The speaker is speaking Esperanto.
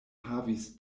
havis